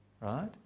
right